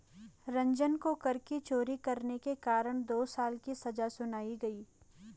रंजन को कर की चोरी करने के कारण दो साल की सजा सुनाई गई